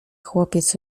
chłopiec